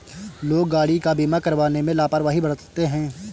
लोग गाड़ी का बीमा करवाने में लापरवाही बरतते हैं